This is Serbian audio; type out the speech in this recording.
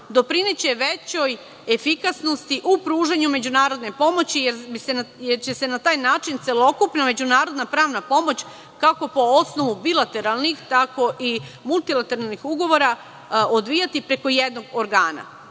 doprineće većoj efikasnosti u pružanju međunarodne pomoći, jer će se na taj način celokupna međunarodna-pravna pomoć, kako po osnovu bilateralnih tako i multilateralnih ugovora odvijati preko jednog organa.